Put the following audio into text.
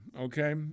Okay